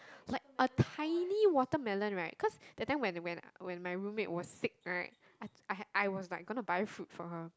like a tiny watermelon right cause that time when when when my roommate was sick right I had I I was like gonna buy fruit for her